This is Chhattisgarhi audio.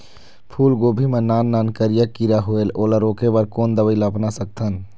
फूलगोभी मा नान नान करिया किरा होयेल ओला रोके बर कोन दवई ला अपना सकथन?